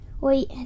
Wait